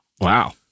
wow